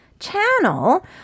channel